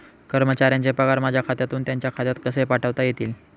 कर्मचाऱ्यांचे पगार माझ्या खात्यातून त्यांच्या खात्यात कसे पाठवता येतील?